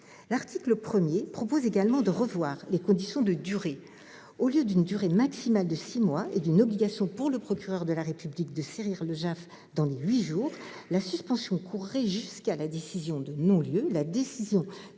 L'article 1 tend également à revoir les conditions de durée : au lieu d'une durée maximale de six mois et d'une obligation pour le procureur de la République de saisir le JAF dans les huit jours, la suspension courrait jusqu'à la décision de non-lieu, la décision de la